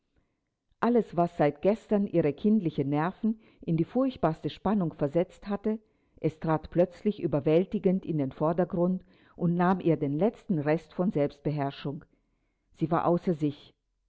alles was seit gestern ihre kindlichen nerven in die furchtbarste spannung versetzt hatte es trat plötzlich überwältigend in den vordergrund und nahm ihr den letzten rest von selbstbeherrschung sie war außer sich